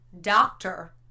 doctor